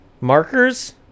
Markers